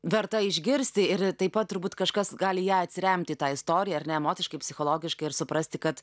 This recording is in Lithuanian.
verta išgirsti ir taip pat turbūt kažkas gali ją atsiremti į tą istoriją ar ne emociškai psichologiškai ir suprasti kad